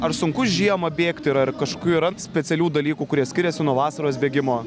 ar sunku žiemą bėgti ir ar kažkokių yra specialių dalykų kurie skiriasi nuo vasaros bėgimo